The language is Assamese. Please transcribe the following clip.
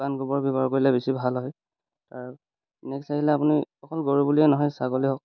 শুকান গোবৰ ব্যৱহাৰ কৰিলে বেছি ভাল হয় তাৰ নেক্সট আহিলে আপুনি অকল গৰু বুলিয়েই নহয় ছাগলী হওক